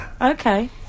okay